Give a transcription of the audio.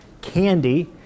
candy